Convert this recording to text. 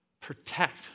Protect